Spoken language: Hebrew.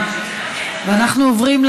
אחרון הדוברים,